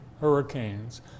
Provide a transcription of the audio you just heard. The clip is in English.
hurricanes